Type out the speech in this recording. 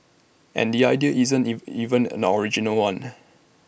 and the idea isn't if even an original one